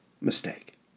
mistake